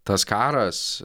tas karas